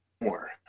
more